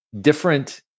different